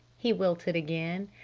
he wilted again.